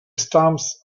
stumps